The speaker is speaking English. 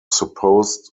supposed